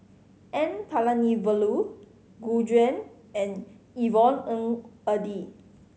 N Palanivelu Gu Juan and Yvonne Ng Uhde